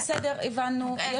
סליחה, בסדר, הבנו.